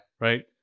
Right